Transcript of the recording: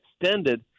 extended